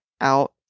out